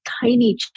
tiny